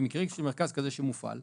במקרים של מרכז כזה שמופעל,